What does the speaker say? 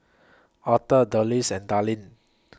Author Dulcie and Dallin